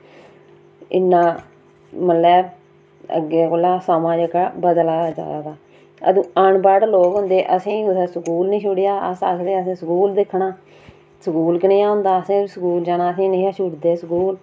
इन्ना मतलब अग्गें कोला समां जेह्ड़ा बदलाव आवा दा अदूं अनपढ़ लोक होंदे हे असेंगी कुसै स्कूल निं छुड़ेआ अस आखदे हे असें स्कूल दिक्खना स्कूल कनेहा होंदा असें स्कूल जाना असें नेईं हा छुड़दे स्कूल